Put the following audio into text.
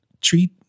treat